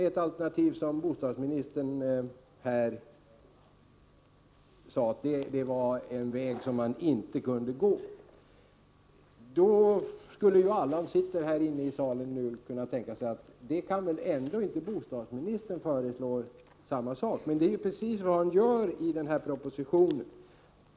Det var en väg som man inte kunde gå, ansåg bostadsministern. Alla som sitter här inne i plenisalen skulle ju kunna tänka sig: Då kan väl ändå inte bostadsministern föreslå samma sak! Men det är precis vad han gör i propositionen.